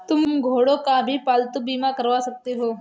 तुम घोड़ों का भी पालतू बीमा करवा सकते हो